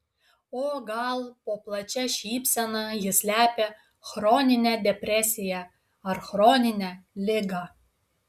o gal po plačia šypsena ji slepia chroninę depresiją ar chroninę ligą